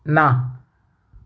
ના